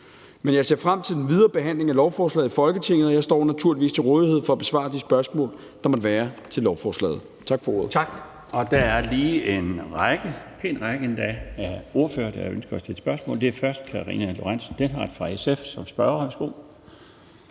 Men jeg ser frem til den videre behandling af lovforslaget i Folketinget, og jeg står jo naturligvis til rådighed for at besvare de spørgsmål, der måtte være til lovforslaget. Tak for ordet. Kl. 21:51 Den fg. formand (Bjarne Laustsen): Tak. Der er en række, en pæn række endda, af ordførere, der ønsker at stille spørgsmål. Det er først Karina Lorentzen Dehnhardt fra SF som spørger.